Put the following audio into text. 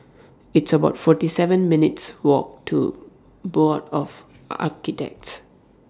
It's about forty seven minutes' Walk to Board of Architects